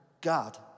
God